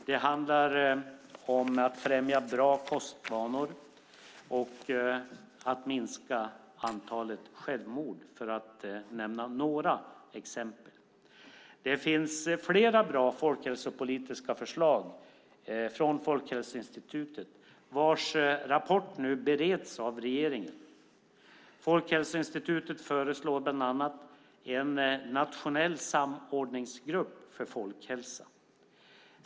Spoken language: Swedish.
Åtgärder för främjande av bra kostvanor och för att minska antalet självmord är några exempel. Det finns fler bra folkhälsopolitiska förslag från Folkhälsoinstitutet vars rapport nu bereds av regeringen. Folkhälsoinstitutet föreslår bland annat en nationell samordningsgrupp för folkhälsa.